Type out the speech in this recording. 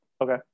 Okay